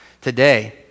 Today